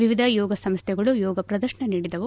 ವಿವಿಧ ಯೋಗ ಸಂಸ್ಟೆಗಳು ಯೋಗ ಪ್ರದರ್ಶನ ನೀಡಿದವು